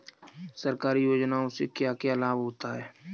सरकारी योजनाओं से क्या क्या लाभ होता है?